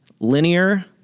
Linear